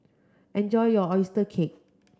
enjoy your oyster cake